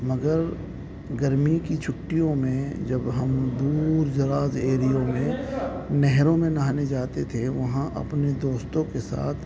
مگر گرمی کی چھٹیوں میں جب ہم دور دراز ایریوں میں نہروں میں نہانے جاتے تھے وہاں اپنے دوستوں کے ساتھ